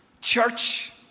church